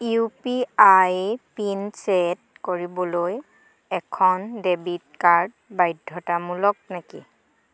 U P I pin set কৰিবলৈ এখন debit card বাধ্যতামূলক নেকি